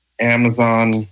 Amazon